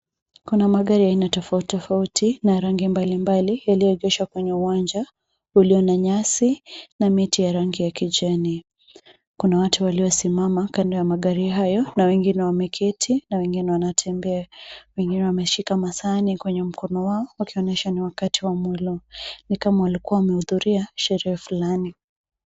Kuna magari tofauti tofauti ya rangi mbalimbali yaliyoegeshwa kwenye uwanja ulio na nyasi na miti ya rangi ya kijani. Kuna watu waliosimama kando ya magari hayo na wengine wameketi na wengine wanatembea. Wengine wameshika masahani kwenye mkono wao wakionyesha ni wakati wa mlo, ni kama walikua wamehudhuria sherehe fulani.